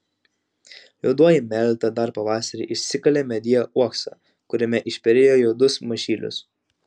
juodoji meleta dar pavasarį išsikalė medyje uoksą kuriame išperėjo juodus mažylius